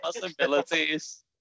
possibilities